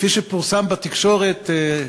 כפי שפורסם בתקשורת,